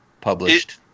published